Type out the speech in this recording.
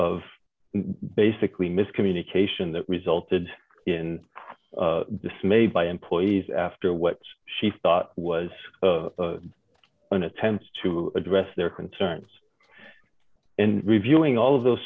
of basically miscommunication that resulted in dismay by employees after what's she thought was an attempt to address their concerns and reviewing all of those